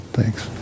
Thanks